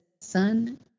son